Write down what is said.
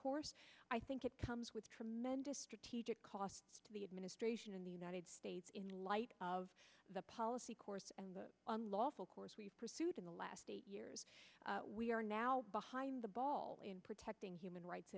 course i think it comes with tremendous strategic cost to the administration of the united states in light of the policy course and unlawful course we've pursued in the last eight years we are now behind the ball in protecting human rights